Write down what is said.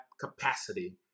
capacity